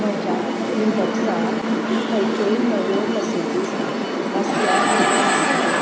म्हज्या इनबॉक्सांत खंयच्योय नव्यो मॅसेजीस आसल्यार म्हाका सांग